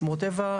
שמורות טבע.